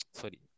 sorry